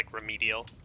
remedial